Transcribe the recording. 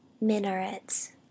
minarets